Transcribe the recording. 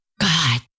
God